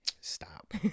Stop